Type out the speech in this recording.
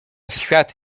świat